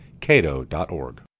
cato.org